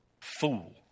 fool